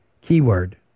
keyword